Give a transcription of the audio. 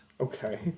okay